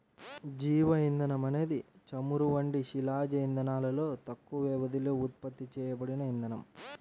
జీవ ఇంధనం అనేది చమురు వంటి శిలాజ ఇంధనాలలో తక్కువ వ్యవధిలో ఉత్పత్తి చేయబడిన ఇంధనం